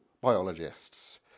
biologists